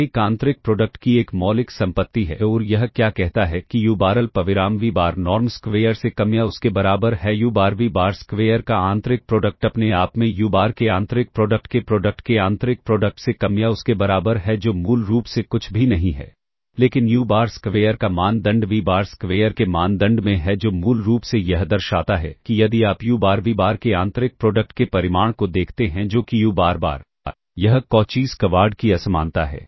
यह एक आंतरिक प्रोडक्ट की एक मौलिक संपत्ति है और यह क्या कहता है कि u बार अल्पविराम v बार नॉर्म स्क्वेयर से कम या उसके बराबर है u बार v बार स्क्वेयर का आंतरिक प्रोडक्ट अपने आप में u बार के आंतरिक प्रोडक्ट के प्रोडक्ट के आंतरिक प्रोडक्ट से कम या उसके बराबर है जो मूल रूप से कुछ भी नहीं है लेकिन u बार स्क्वेयर का मानदंड v बार स्क्वेयर के मानदंड में है जो मूल रूप से यह दर्शाता है कि यदि आप U बार V बार के आंतरिक प्रोडक्ट के परिमाण को देखते हैं जो कि U बार बार यह कौची स्क्वाड की असमानता है